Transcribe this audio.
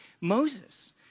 Moses